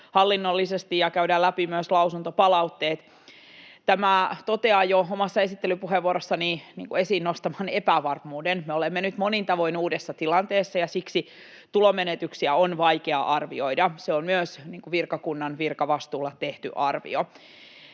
hallinnollisesti ja käydään läpi myös lausuntopalautteet. Totean tämän jo omassa esittelypuheenvuorossani esiin nostamani epävarmuuden: me olemme nyt monin tavoin uudessa tilanteessa, ja siksi tulonmenetyksiä on vaikea arvioida. Se on myös virkakunnan virkavastuulla tehty arvio.